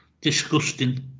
Disgusting